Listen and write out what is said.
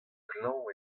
klañv